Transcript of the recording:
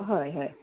हय हय